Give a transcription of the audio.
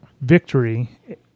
victory